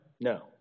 no